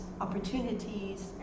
opportunities